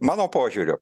mano požiūriu